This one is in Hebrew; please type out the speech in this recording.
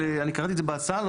אני קראתי את זה בהצעה.